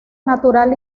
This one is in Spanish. natural